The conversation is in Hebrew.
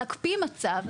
להקפיא מצב,